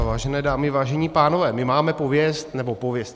Vážené dámy, vážení pánové, my máme pověst nebo pověst.